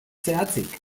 zehatzik